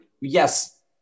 yes